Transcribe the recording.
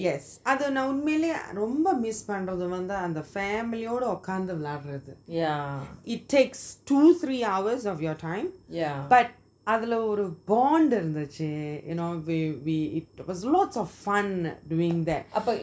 yes அது நான் உண்மையிலே ரொம்ப:athu naan unmayaley romba miss பண்றது அந்த:panrathu antha family ஓட உக்காந்து விளையாடுறது:ooda ukanthu vilayadurathu it takes two three hours of your time but அதுல ஒரு:athula oru bond இருந்துச்சி:irunthuchi you know we we there's lots of fun